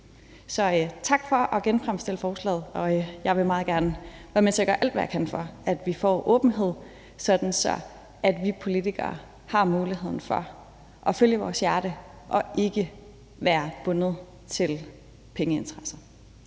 tak for at genfremsætte forslaget, og jeg vil meget gerne være med til at gøre alt, hvad jeg kan, for at vi får åbenhed, sådan at vi politikere har muligheden for at følge vores hjerte og ikke være bundet til pengeinteresser.